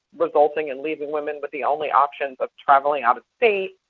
resulting in leaving women with the only options of traveling out of state,